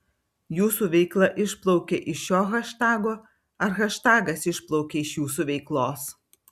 jūsų veikla išplaukė iš šio haštago ar haštagas išplaukė iš jūsų veiklos